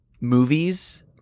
movies